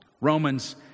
Romans